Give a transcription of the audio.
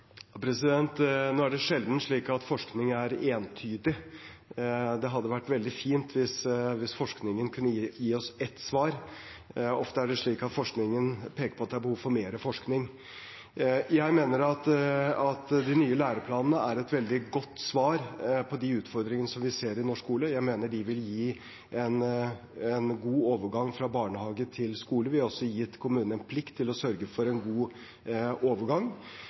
Nå er det sjelden slik at forskning er entydig. Det hadde vært veldig fint hvis forskning kunne gi oss ett svar. Ofte er det slik at forskningen peker på at det er behov for mer forskning. Jeg mener at de nye læreplanene er et veldig godt svar på de utfordringer vi ser i norsk skole. Jeg mener de vil gi en god overgang fra barnehage til skole. Det vil også gi kommunene en plikt til å sørge for en god overgang.